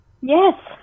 Yes